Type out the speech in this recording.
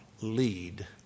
lead